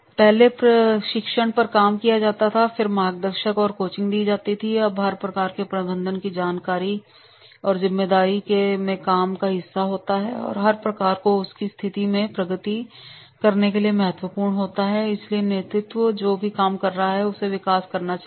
पहले प्रशिक्षण पर काम किया जाता है फिर मार्गदर्शक और कोचिंग पर यह हर एक प्रबंधक की ज़िम्मेदारी के काम का हिस्सा होता है और हर एक को उसकी स्थिति में प्रगति करने के लिए महत्वपूर्ण होता है और इसलिए यह नेतृत्व है जो कोई भी काम कर रहा है उन्हें विकास करना चाहिए